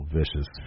vicious